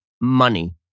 money